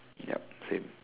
yep same